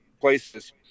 places